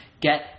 get